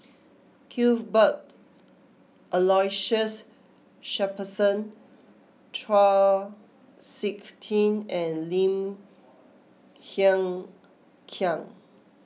Cuthbert Aloysius Shepherdson Chau Sik Ting and Lim Hng Kiang